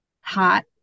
hot